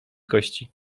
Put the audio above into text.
gości